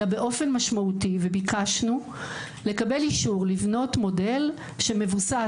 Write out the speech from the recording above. אלא באופן משמעותי וביקשנו לקבל אישור לבנות מודל שמבוסס